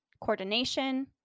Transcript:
coordination